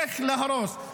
איך להרוס.